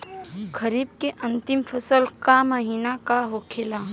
खरीफ के अंतिम फसल का महीना का होखेला?